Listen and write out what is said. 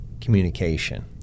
communication